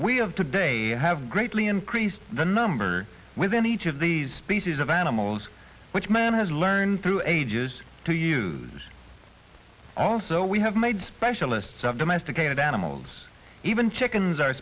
have today have greatly increased the number within each of these species of animals which man has learned through ages to use also we have made specialists of domesticated animals even chickens are